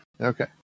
Okay